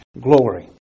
Glory